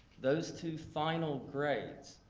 those two final grades,